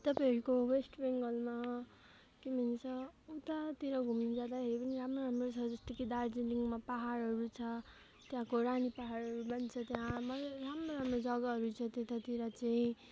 तपाईँहरूको वेस्ट बङ्गालमा के भन्छ उतातिर घुम्न जाँदाखेरि पनि राम्रो राम्रो छ जस्तो कि दार्जिलिङमा पहाडहरू छ त्यहाँको रानी पहाडहरू पनि छ त्यहाँ राम्रो राम्रो जग्गाहरू छ त्यतातिर चाहिँ